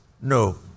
No